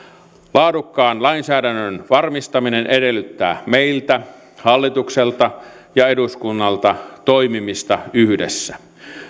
laadukkaan lainsäädännön varmistaminen edellyttää meiltä hallitukselta ja eduskunnalta toimimista yhdessä